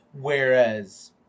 Whereas